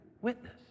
witness